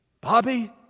Bobby